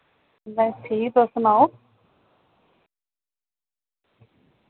बस ठीक तुस सनाओ